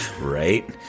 Right